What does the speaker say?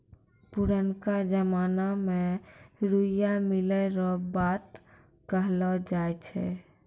पुरनका जमाना मे रुइया मिलै रो बात कहलौ जाय छै